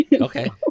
Okay